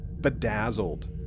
bedazzled